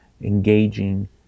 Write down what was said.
engaging